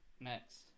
Next